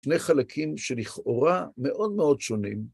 שני חלקים שלכאורה מאוד מאוד שונים.